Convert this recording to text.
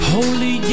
Holy